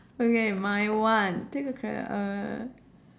okay my one take a charac~ uh